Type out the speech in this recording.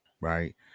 right